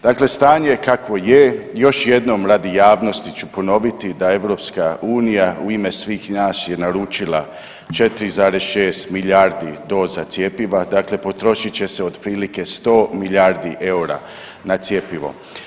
Dakle, stanje kakvo je, još jednom radi javnosti ću ponoviti da je EU u ime svih nas je naručila 4,6 milijardi doza cjepiva, dakle potrošit će se otprilike 100 milijardi eura na cjepivo.